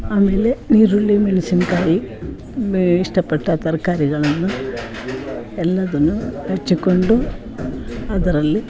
ಆಮೇಲೆ ಈರುಳ್ಳಿ ಮೆಣಸಿನ್ಕಾಯಿ ಬೇ ಇಷ್ಟಪಟ್ಟ ತರಕಾರಿಗಳನ್ನ ಎಲ್ಲದನ್ನೂ ಹೆಚ್ಚಿಕೊಂಡು ಅದರಲ್ಲಿ